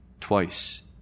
twice